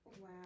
Wow